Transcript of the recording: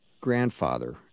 grandfather